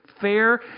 fair